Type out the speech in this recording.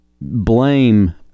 blame